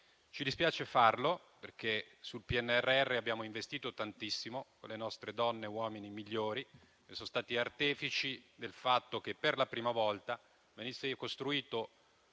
Ci dispiace farlo, perché sul PNRR abbiamo investito tantissimo con le nostre donne e i nostri uomini migliori, che sono stati artefici del fatto che per la prima volta venisse costruito